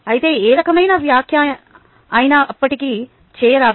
అయితే ఏ రకమైన వ్యాఖ్య అయినపటికి చేయరాదు